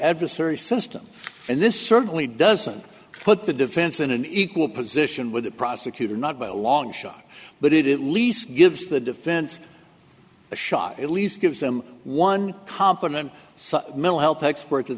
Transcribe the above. adversary system and this certainly doesn't put the defense in an equal position with the prosecutor not by a long shot but it least gives the defense a shot at least gives them one compliment some mental health expert